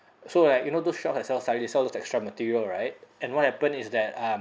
so like you know those shops that sell sarees they sell the textile material right and what happen is that um